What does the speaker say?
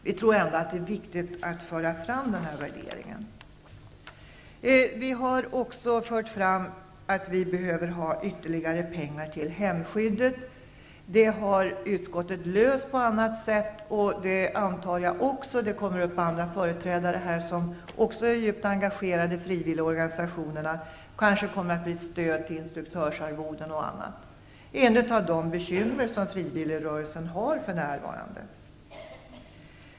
Vi tror ändå att det är viktigt att föra fram denna värdering. Vi har också fört fram att det behövs ytterligare pengar till hemskyddet. Det har utskottet löst på annat sätt. Ytterligare talare, som också är djupt engagerade i frivilligorganisationerna, kommmer att ta upp detta, t.ex. stöd till instruktörsarvoden, m.m. Det är ett av de bekymmer som frivilligrörelsen för närvarande har.